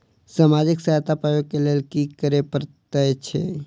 सामाजिक सहायता पाबै केँ लेल की करऽ पड़तै छी?